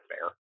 fair